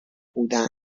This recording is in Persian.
بودن